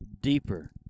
deeper